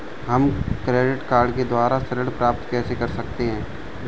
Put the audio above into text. हम credit card के द्वारा ऋण कैसे प्राप्त कर सकते हैं?